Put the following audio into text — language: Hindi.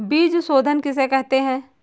बीज शोधन किसे कहते हैं?